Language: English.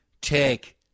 take